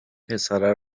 پسره